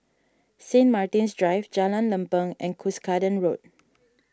Saint Martin's Drive Jalan Lempeng and Cuscaden Road